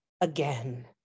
again